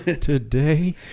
today